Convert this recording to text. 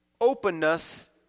openness